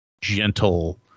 gentle